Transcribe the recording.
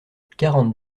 quarante